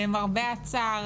למרבה הצער,